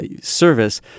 service